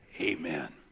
amen